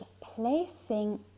placing